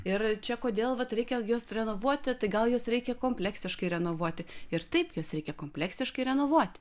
ir čia kodėl vat reikia juos renovuoti tai gal juos reikia kompleksiškai renovuoti ir taip juos reikia kompleksiškai renovuoti